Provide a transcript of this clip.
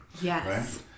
Yes